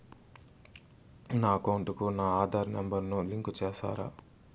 నా అకౌంట్ కు నా ఆధార్ నెంబర్ ను లింకు చేసారా